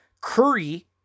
Curry